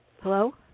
Hello